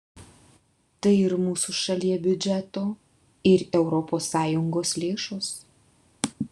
tai ir mūsų šalie biudžeto ir europos sąjungos lėšos